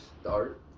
start